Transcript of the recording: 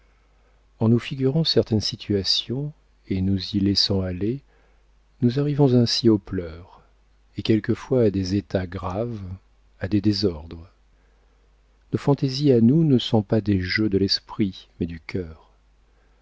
en nous figurant certaines situations et nous y laissant aller nous arrivons ainsi aux pleurs et quelquefois à des états graves à des désordres nos fantaisies à nous ne sont pas des jeux de l'esprit mais du cœur